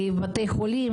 בתי חולים,